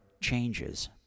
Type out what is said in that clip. changes